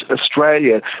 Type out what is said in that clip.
Australia